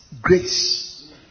grace